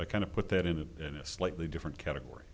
i kind of put that in a in a slightly different category